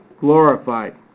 glorified